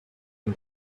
and